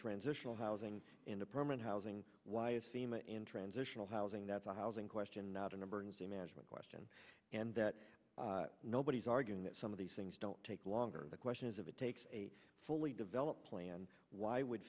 transitional housing into permanent housing why is fema in transitional housing that's a housing question not an emergency management question and that nobody's arguing that some of these things don't take longer the question is if it takes a fully developed plan why would